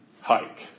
hike